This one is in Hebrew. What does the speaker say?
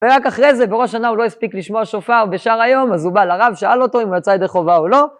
ורק אחרי זה בראש השנה הוא לא הספיק לשמוע שופר בשאר היום, אז הוא בא לרב שאל אותו, אם הוא יצא ידי חובה או לא.